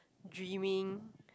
dreaming